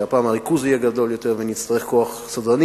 שהפעם הריכוז יהיה גדול יותר ונצטרך כוח סדרנים